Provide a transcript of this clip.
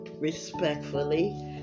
respectfully